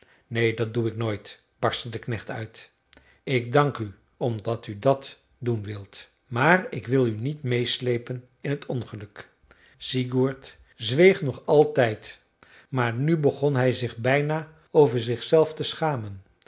neen dat doe ik nooit barstte de knecht uit ik dank u omdat u dat doen wilt maar ik wil u niet meesleepen in het ongeluk sigurd zweeg nog altijd maar nu begon hij zich bijna over zichzelf te schamen